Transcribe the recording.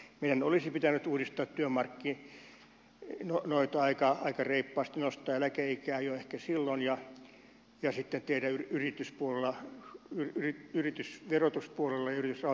meidän olisi pitänyt uudistaa työmarkkinoita aika reippaasti nostaa eläkeikää ehkä jo silloin tehdä yrityspuolella yritysverotuspuolella ja yritysrahoituspuolella monia hyviäkin uudistuksia